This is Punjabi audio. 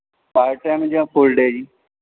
ਪਾਰਟ ਟਾਈਮ ਜਾਂ ਫੁੱਲ ਡੇਅ ਜੀ